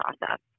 process